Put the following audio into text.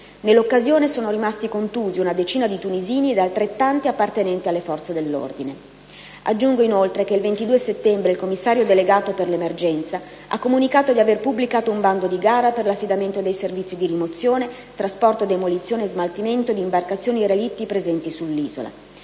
Nell'occasione sono rimasti contusi una decina di tunisini ed altrettanti appartenenti alle forze dell'ordine. Aggiungo inoltre che il 22 settembre il commissario delegato per l'emergenza ha comunicato di aver pubblicato un bando di gara per l'affidamento dei servizi di rimozione, trasporto, demolizione e smaltimento di imbarcazioni e relitti presenti sull'isola.